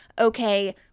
okay